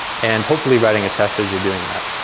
and hopefully writing a test as you're doing that.